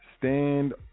stand